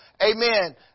amen